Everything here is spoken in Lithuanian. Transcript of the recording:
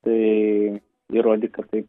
tai įrodyk kad tai